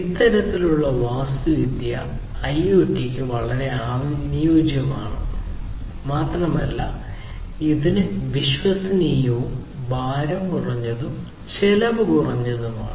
ഇത്തരത്തിലുള്ള വാസ്തുവിദ്യ ഐഒടിക്ക് അനുയോജ്യമാണ് മാത്രമല്ല ഇതിന് വിശ്വസനീയവും ഭാരം കുറഞ്ഞതും ചെലവ് കുറഞ്ഞതുമാണ്